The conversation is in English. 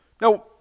Now